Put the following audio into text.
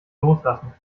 loslassen